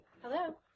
Hello